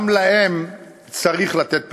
גם להם צריך לתת פתרונות.